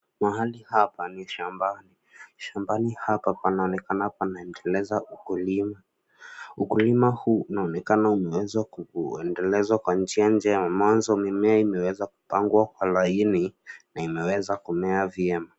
Mahali hapa ni shamba. Shambani hapa panaonekana panaendeleza ukulima. Ukulima huu unaonekana umeweza kuendelezwa kwa njia njema mwanzo mimea imeweza kupangwa kwa laini, na imeweza kumea vyema.